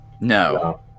No